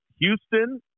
Houston